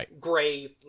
gray